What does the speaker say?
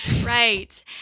right